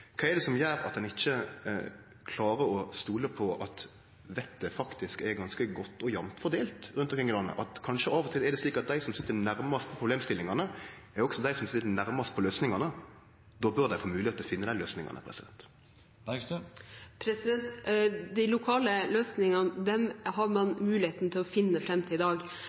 Kva er det som gjer at ein ikkje klarer å stole på at vettet faktisk er ganske godt og jamt fordelt rundt omkring i landet – at kanskje er det av og til slik at dei som sit nærmast problemstillingane, også er dei som sit nærmast løysingane? Då bør dei få moglegheit til å finne desse løysingane. De lokale løsningene har man muligheten til å finne fram til i dag,